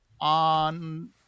on